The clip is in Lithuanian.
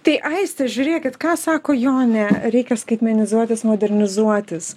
tai aiste žiūrėkit ką sako jonė reikia skaitmenizuotis modernizuotis